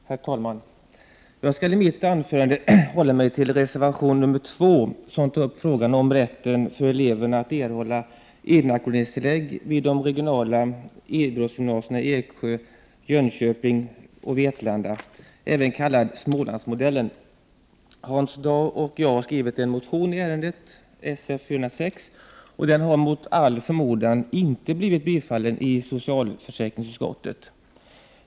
Herr talman! Jag skall i mitt anförande hålla mig till reservation 2, där frågan tas upp om rätten för eleverna att erhålla inackorderingstillägg vid de regionala idrottsgymnasierna i Eksjö, Jönköping och Vetlanda, även kallade ”Smålandsmodellen”. Hans Dau och jag har skrivit en motion i ärendet, 1988/89:Sf406, och den har, mot all förmodan, inte tillstyrkts av socialförsäkringsutskottet.